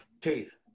teeth